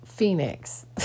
Phoenix